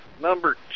Number